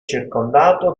circondato